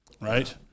Right